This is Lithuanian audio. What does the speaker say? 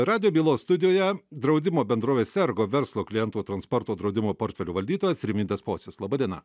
radijo bylos studijoje draudimo bendrovės ergo verslo klientų transporto draudimo portfelio valdytojas rimvydas pocius laba diena